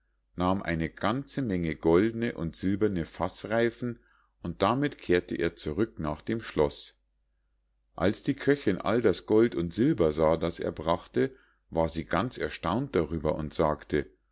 nahm eine ganze menge goldne und silberne faßreifen und damit kehrte er zurück nach dem schloß als die köchinn all das gold und silber sah das er brachte war sie ganz erstaunt darüber und sagte